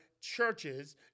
churches